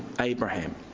Abraham